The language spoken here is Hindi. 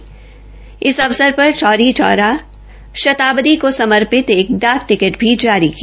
उन्होंने इस अवसर पर चौरी चौरा शताब्दी को समर्पित एक डाक टिकट भी जारी की